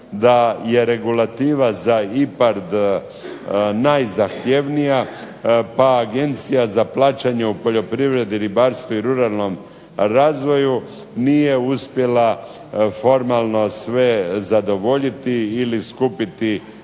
da je regulativa za IPARD najzahtjevnija pa Agencija za plaćanje u poljoprivredi, ribarstvu i ruralnom razvoju nije uspjela formalno sve zadovoljiti ili skupiti